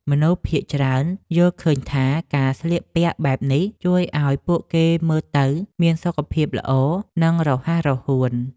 មនុស្សភាគច្រើនយល់ឃើញថាការស្លៀកពាក់បែបនេះ ជួយឱ្យពួកគេមើលទៅមានសុខភាពល្អ និងរហ័សរហួន។